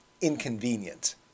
inconvenient